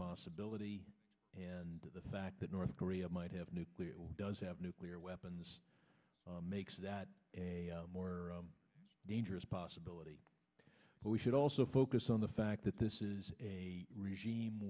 possibility and the fact that north korea might have nuclear does have nuclear weapons makes that more dangerous possibility but we should also focus on the fact that this is a regime